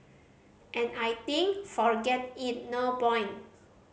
and I think forget it no point